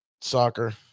soccer